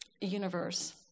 universe